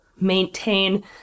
maintain